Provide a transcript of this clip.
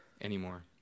anymore